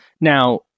Now